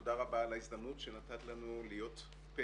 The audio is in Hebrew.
תודה לך על ההזדמנות שנתת לנו להיות פה